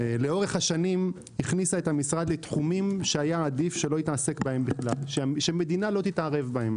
לאורך השנים הכניסה את המשרד לתחומים שהיה עדיף שהמדינה לא תתערב בהם